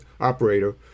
operator